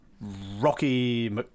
Rocky